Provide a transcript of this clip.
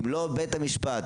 אם לא בית המשפט,